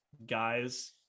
guys